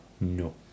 No